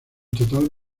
total